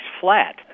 flat